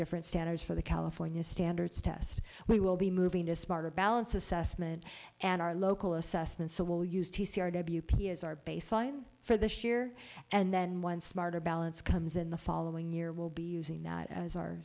different standards for the california standards test we will be moving to a smarter balance assessment and our local assessment so will used as our baseline for this year and then once smarter balance comes in the following year will be using that as our